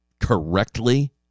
correctly